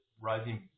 Rising